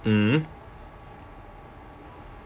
mmhmm